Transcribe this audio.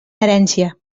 herència